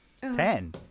Ten